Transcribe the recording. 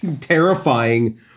terrifying